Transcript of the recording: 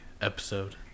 Episode